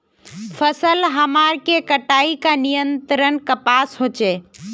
फसल हमार के कटाई का नियंत्रण कपास होचे?